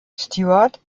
stewart